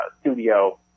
studio